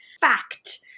fact